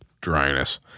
dryness